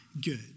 good